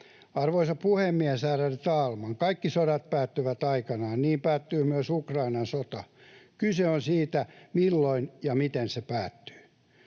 Arvoisa puhemies, ärade talman! Kaikki sodat päättyvät aikanaan. Niin päättyy myös Ukrainan sota. Kyse on siitä, milloin ja miten se päättyy.